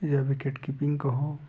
या wicket keeping कहो